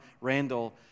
Randall